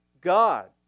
God